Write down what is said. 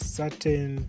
certain